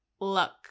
Look